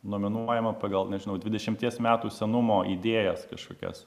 nominuojama pagal nežinau dvidešimties metų senumo idėjas kažkokias